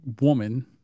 woman